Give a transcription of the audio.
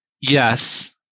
Yes